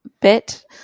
bit